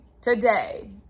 today